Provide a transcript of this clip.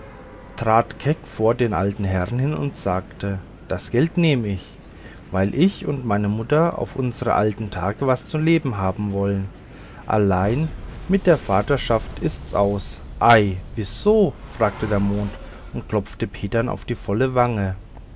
trat keck vor den alten herrn hin und sagte das geld nehme ich weil ich und meine mutter auf unsre alten tage was zu leben haben wollen allein mit der vaterschaft ist's aus ei wieso fragte der mond und klopfte petern auf die volle wange